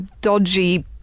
dodgy